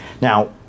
now